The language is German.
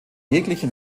jegliche